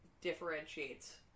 differentiates